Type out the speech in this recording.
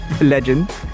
legend